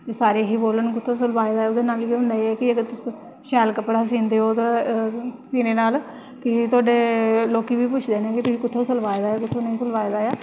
ते सारे बोलन कि शैल ऐ एह्दे नाल केह् होंदा ऐ कि अगर तुस शैल कपड़ा सींदे हो ते सीने नाल थोआढ़े लोकी बी पुछदे न कि तुसें कु'त्थूं सलवाए दा ऐ कु'त्थूंं नेईं